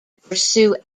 pursue